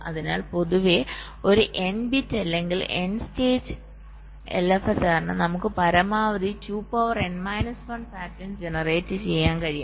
അതിനാൽ പൊതുവായി ഒരു n ബിറ്റ് അല്ലെങ്കിൽ n സ്റ്റേജ് LFSR ന് നമുക്ക് പരമാവധി 2 power n minus 1 pattern generate ചെയ്യാൻ കഴിയും